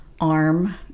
arm